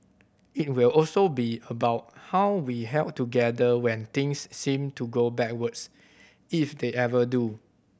it will also be about how we held together when things seemed to go backwards if they ever do